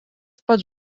pats